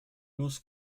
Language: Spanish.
luz